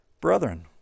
brethren